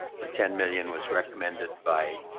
the ten million was recommended by